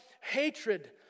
hatred